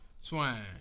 Swine